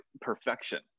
perfection